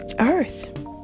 earth